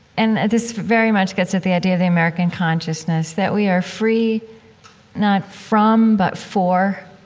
and this very much gets at the idea of the american consciousness, that we are free not from but for